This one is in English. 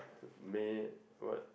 may what